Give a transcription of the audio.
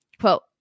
Quote